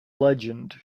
legend